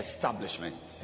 Establishment